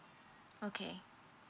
okay